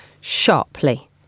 sharply